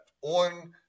on